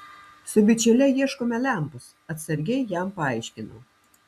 su bičiule ieškome lempos atsargiai jam paaiškinau